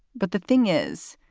but the thing is,